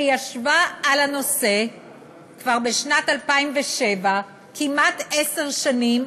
שישבה על הנושא כבר בשנת 2007. כמעט עשר שנים.